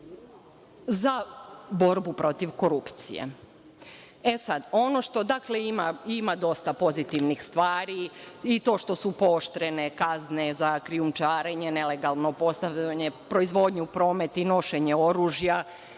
za borbu protiv korupcije. Dakle, ima dosta pozitivnih stvari i to što su pooštrene kazne za krijumčarenje nelegalnu proizvodnju, promet i nošenje oružja,